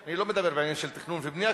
אני לא מדבר בעניין של תכנון ובנייה.